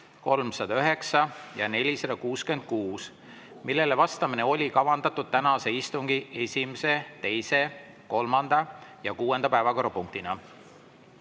309 ja 466, millele vastamine oli kavandatud tänase istungi esimese, teise, kolmanda ja kuuenda päevakorrapunktina.